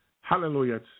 Hallelujah